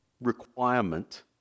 requirement